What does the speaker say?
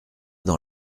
dans